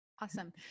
awesome